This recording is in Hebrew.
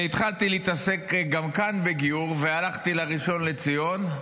כשהתחלתי להתעסק גם כאן בגיור והלכתי לראשון לציון,